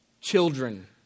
Children